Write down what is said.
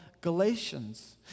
Galatians